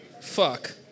Fuck